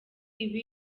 ibi